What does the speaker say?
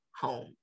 home